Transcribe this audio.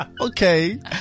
Okay